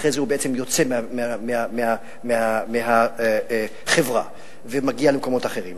אחרי זה הוא בעצם יוצא מהחברה ומגיע למקומות אחרים.